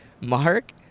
Mark